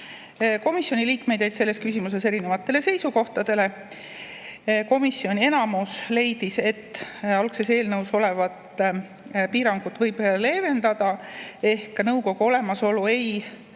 Komisjoni liikmed jäid selles küsimuses eri seisukohtadele. Komisjoni enamus leidis, et algses eelnõus olevat piirangut võib leevendada, ehk nõukogu olemasolu ei ole